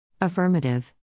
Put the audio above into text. Affirmative